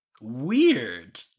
weird